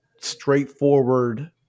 straightforward